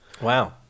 Wow